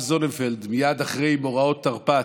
מייד אחרי מאורעות תרפ"ט,